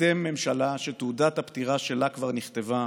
אתם ממשלה שתעודת הפטירה שלה כבר נכתבה,